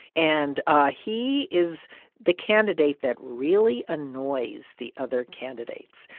and ah he is the candidate that really annoys the other candidates.